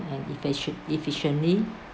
and efficient~ efficiently